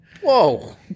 Whoa